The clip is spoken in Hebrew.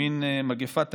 מין מגפת תקדמת.